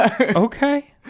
okay